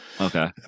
Okay